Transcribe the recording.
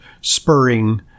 spurring